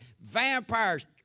vampires